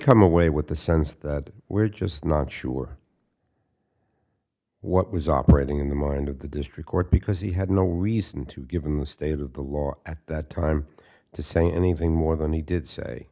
come away with the sense that we're just not sure what was operating in the mind of the district court because he had no reason to given the state of the law at that time to say anything more than he did say